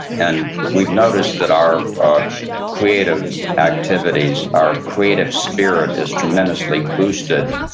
and we've noticed that our our creative activities, our creative spirit is tremendously boosted